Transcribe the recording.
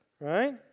right